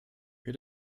wir